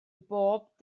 bob